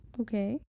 Okay